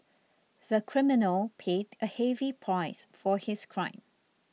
the criminal paid a heavy price for his crime